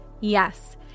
Yes